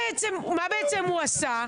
אני לא סיימתי.